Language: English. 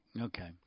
Okay